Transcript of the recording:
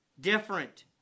different